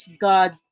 God